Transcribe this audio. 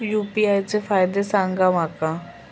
UPI चे फायदे सांगा माका?